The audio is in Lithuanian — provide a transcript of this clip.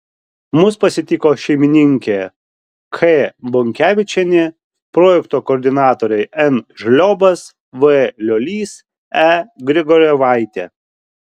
mus pasitiko šeimininkė k bonkevičienė projekto koordinatoriai n žliobas v liolys e grigorjevaitė